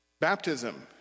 Baptism